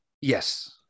Yes